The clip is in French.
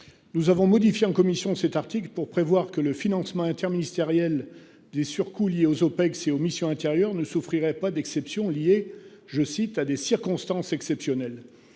Nous avons modifié en commission cet article pour prévoir que le financement interministériel des surcoûts liés aux OPEX et aux missions intérieur ne souffrirait pas d'exceptions liées, je cite, à des circonstances exceptionnelles